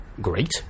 Great